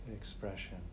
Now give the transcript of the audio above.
expression